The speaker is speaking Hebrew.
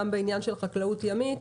גם בעניין של חקלאות ימית.